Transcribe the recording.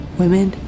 women